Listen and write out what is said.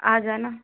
आ जाना